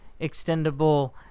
extendable